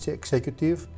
executive